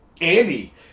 Andy